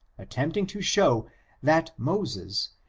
attempting to show that moses,